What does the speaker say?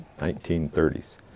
1930s